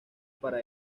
para